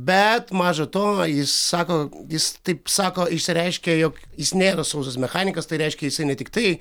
bet maža to jis sako jis taip sako išsireiškė jog jis nėra sausas mechanikas tai reiškia jisai ne tiktai